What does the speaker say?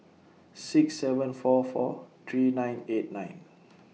six seven four four three nine eight nine